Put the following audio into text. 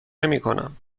نمیکنم